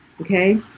okay